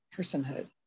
personhood